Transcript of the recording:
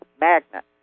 magnet